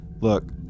look